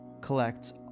collect